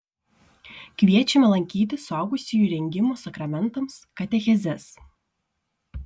kviečiame lankyti suaugusiųjų rengimo sakramentams katechezes